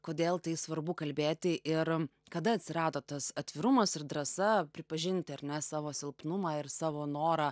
kodėl tai svarbu kalbėti ir kada atsirado tas atvirumas ir drąsa pripažinti ar ne savo silpnumą ir savo norą